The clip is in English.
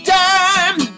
time